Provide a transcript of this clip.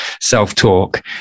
self-talk